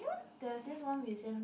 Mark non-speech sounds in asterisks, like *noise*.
*noise* there's this one museum